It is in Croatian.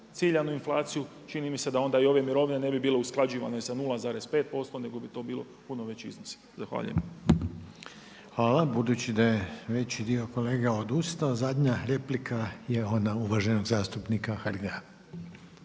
ciljanu inflaciju, čini mi se da onda i ove mirovine ne bi bile usklađivane sa 0,55 nego bi to bio puno veći iznos. Zahvaljujem. **Reiner, Željko (HDZ)** Hvala. Budući da je veći dio kolega odustao. Zadnja replika je ona uvaženog zastupnika Hrga.